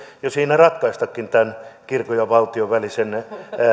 jo siinä ratkaistakin tämän kirkon ja valtion välisen